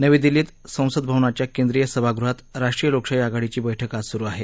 नवी दिल्लीत संसद भवनाच्या केंद्रीय सभागृहात राष्ट्रीय लोकशाही आघाडीची बैठक आज सुरु आहे